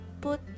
put